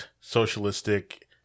socialistic